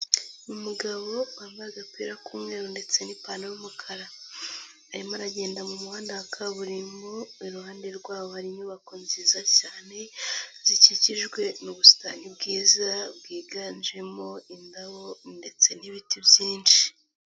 Umugabo wambaye agapira k'umweru ndetse n'ipantaro y'umukara, arimo aragenda mu muhanda wa kaburimbo iruhande rwawo hari inyubako nziza cyane, zikikijwe n'ubusitani bwiza bwiganjemo indabo ndetse n'ibiti byinshi.